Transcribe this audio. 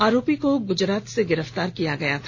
आरोपी को गुजरात से गिरफ्तार किया गया था